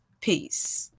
Peace